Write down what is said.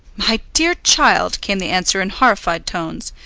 my dear child, came the answer in horrified tones,